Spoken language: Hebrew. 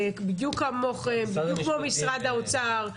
בדיוק כמוכם וכמו משרד האוצר,